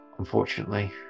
Unfortunately